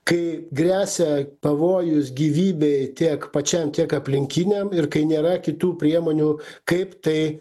kai gresia pavojus gyvybei tiek pačiam tiek aplinkiniam ir kai nėra kitų priemonių kaip tai